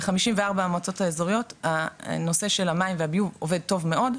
ב- 54 המועצות האזוריות הנושא של המים והביוב עובד טוב מאוד,